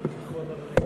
מאיר כהן,